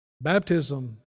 Baptism